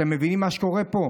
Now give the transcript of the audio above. אתם מבינים מה קורה פה?